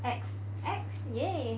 uh X X !yay!